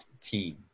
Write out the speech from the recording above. team